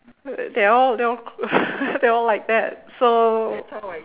they're all they're all they're all like that so